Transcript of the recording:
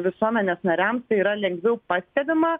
visuomenės nariams tai yra lengviau pastebima